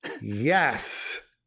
Yes